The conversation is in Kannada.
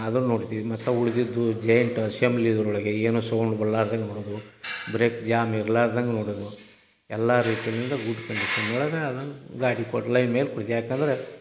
ಅದನ್ನು ನೋಡ್ತೀವಿ ಮತ್ತು ಉಳಿದಿದ್ದು ಜೈಂಟು ಅಶೆಂಬ್ಲಿ ಇದರೊಳಗೆ ಏನೂ ಸೌಂಡ್ ಬರ್ಲಾದಂಗೆ ನೋಡುವುದು ಬ್ರೇಕ್ ಜಾಮ್ ಇರ್ಲಾದಂಗೆ ನೋಡುವುದು ಎಲ್ಲ ರೀತಿಯಿಂದ ಗುಡ್ ಕಂಡೀಷನ್ ಒಳಗೆ ಅದನ್ನು ಗಾಡಿ ಕೊಡ್ಲೈ ಮೇಲೆ ಕೊಡ್ದು ಏಕಂದ್ರೆ